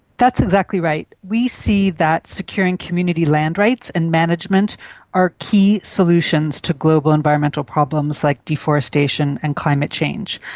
that's exactly right. we see that securing community land rights and management are key solutions to global environmental problems like deforestation and climate change.